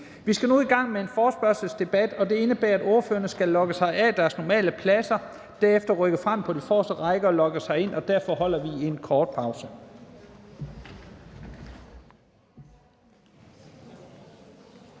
Vi skal nu i gang med en forespørgselsdebat, og det indebærer, at ordførerne skal logge sig af deres normale pladser og derefter rykke frem på de forreste rækker og logge sig ind, og derfor holder vi en kort pause.